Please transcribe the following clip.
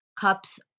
Cups